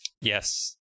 Yes